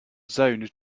zoned